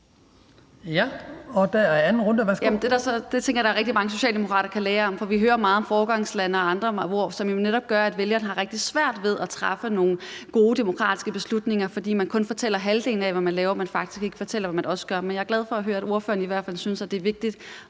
Det tænker jeg rigtig mange socialdemokrater kan lære af. Vi hører meget om foregangslande og andet, som jo netop gør, at vælgerne har rigtig svært ved at træffe nogle gode, demokratiske beslutninger, fordi man kun fortæller om halvdelen af, hvad man laver, men faktisk ikke fortæller, hvad man også gør. Men jeg er glad for at høre, at ordføreren i hvert fald synes, det er vigtigt